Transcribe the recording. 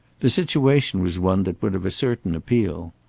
the situation was one that would have a certain appeal.